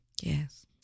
Yes